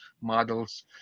models